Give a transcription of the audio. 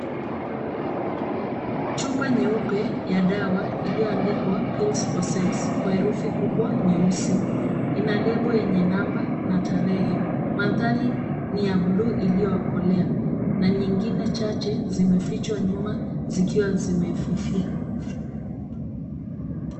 Chupa nyeupe ya dawa iliyoandikwa pills for sex kwa herufi kubwa nyeusi. Ina lebo yenye namba na tarehe. Mandhari ni ya buluu iliyokolea na nyingine chache zimefichwa nyuma zikiwa zimefifia.